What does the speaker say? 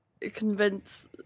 convince